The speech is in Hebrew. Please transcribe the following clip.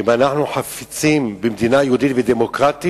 כי אם אנחנו חפצים במדינה יהודית ודמוקרטית,